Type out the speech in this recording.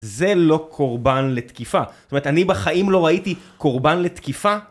זה לא קורבן לתקיפה. זאת אומרת, אני בחיים לא ראיתי קורבן לתקיפה.